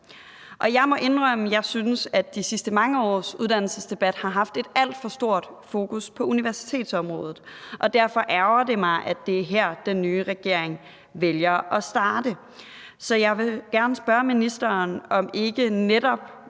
Jeg må indrømme, at jeg synes, de sidste mange års uddannelsesdebat har haft et alt for stort fokus på universitetsområdet, og derfor ærgrer det mig, at det er her, den nye regering vælger at starte. Så jeg vil gerne spørge ministeren, om ikke netop